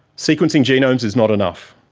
sequencing genomes is not enough.